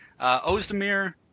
Ozdemir